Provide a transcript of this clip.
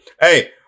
Hey